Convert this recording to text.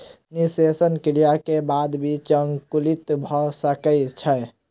निषेचन क्रिया के बाद बीज अंकुरित भ सकै छै